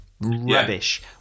Rubbish